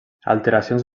alteracions